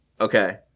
Okay